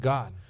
God